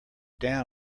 down